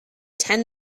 ten